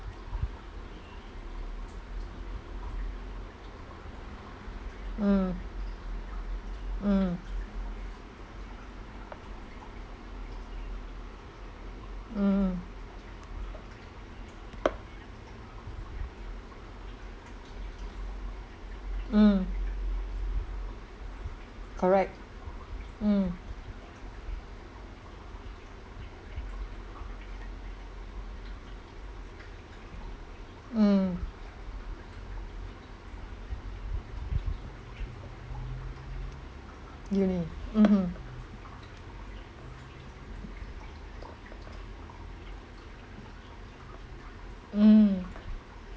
mm mm mm mm correct mm mm uni mmhmm mm